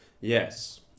yes